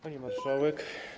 Pani Marszałek!